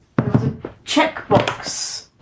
checkbox